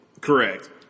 Correct